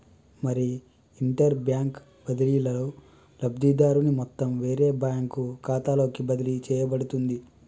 మరి inter bank బదిలీలో లబ్ధిదారుని మొత్తం వేరే బ్యాంకు ఖాతాలోకి బదిలీ చేయబడుతుంది